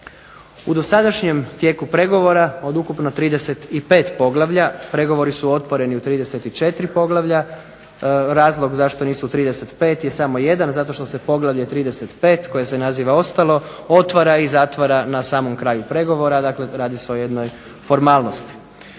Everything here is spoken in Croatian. U dosadašnjem tijeku pregovora od ukupno 35 poglavlja pregovori su otvoreni u 34 poglavlja. Razlog zašto nisu u 35 je samo jedan, zato što se poglavlje 35 koje se naziva ostalo otvara i zatvara na samom kraju pregovora, dakle radi se o jednoj formalnosti.